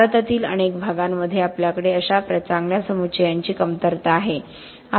भारतातील अनेक भागांमध्ये आपल्याकडे अशा चांगल्या समुच्चयांची कमतरता आहे